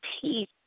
peace